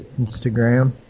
Instagram